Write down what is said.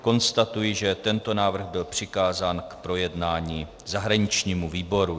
Konstatuji, že tento návrh byl přikázán k projednání zahraničnímu výboru.